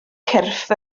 cyrff